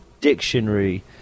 dictionary